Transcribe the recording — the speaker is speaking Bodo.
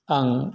आं